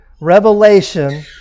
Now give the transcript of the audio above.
revelation